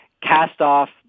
cast-off